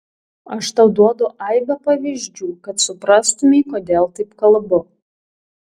aš tau duodu aibę pavyzdžių kad suprastumei kodėl taip kalbu